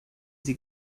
sie